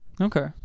Okay